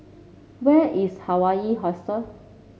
where is Hawaii Hostel